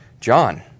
John